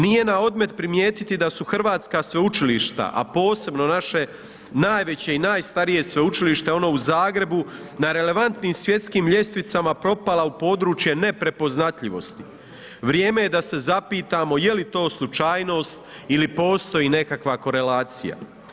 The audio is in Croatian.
Nije na odmet primijetiti da su hrvatska sveučilišta a posebno naše najveće i najstarije sveučilište, ono u Zagrebu, na relevantnim svjetskim ljestvicama propala u područje neprepoznatljivosti, vrijeme je da se zapitamo je lito slučajnost ili postoji nekakva korelacija.